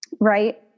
right